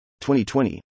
2020